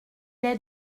est